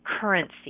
currency